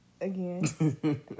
again